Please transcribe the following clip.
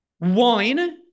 Wine